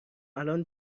الان